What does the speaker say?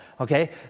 Okay